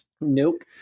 Nope